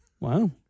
Wow